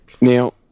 Now